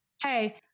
hey